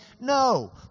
No